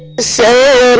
say